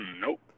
Nope